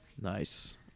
Nice